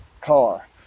car